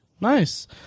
Nice